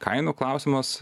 kainų klausimas